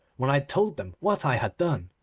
when i told them what i had done,